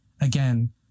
Again